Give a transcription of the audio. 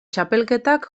txapelketak